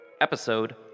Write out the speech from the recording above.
Episode